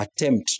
attempt